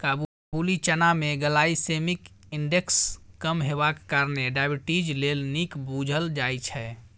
काबुली चना मे glycaemic index कम हेबाक कारणेँ डायबिटीज लेल नीक बुझल जाइ छै